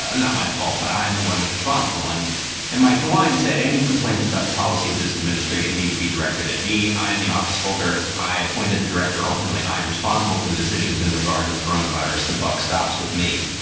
ah not my fault. but i'm the one who's responsible. and and mike dewine said any complaints about the policy of this administration need to be directed at me. i'm the office holder. i appointed the director. ultimately, i am responsible for the decisions in regard to the corona virus. the buck stops with me.